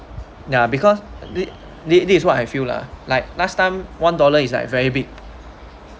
ya because thi~ this this is what I feel lah like last time one dollar is like very big